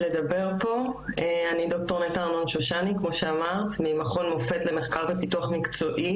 אני ממכון מופ"ת למחקר ופיתוח מקצועי